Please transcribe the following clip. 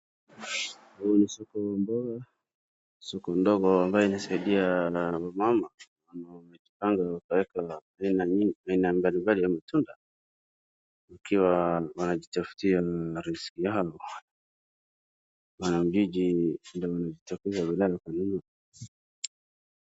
Hii ni soko la mboga soko, soko ndogo ambalo linasaidiwa na wamama wamejipanga wakaeka aina mbalimbali ya matunda wakiwa wanajitafutia riziki nalo